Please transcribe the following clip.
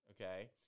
okay